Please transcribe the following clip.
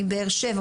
מבאר שבע,